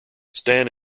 stan